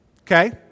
okay